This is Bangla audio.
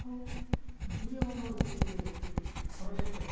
কোথাও দূরে কোথাও যেতে গলে যে খরচের ব্যাপার